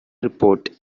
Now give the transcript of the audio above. report